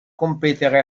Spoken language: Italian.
competere